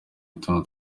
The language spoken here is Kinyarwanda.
utuntu